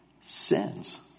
sins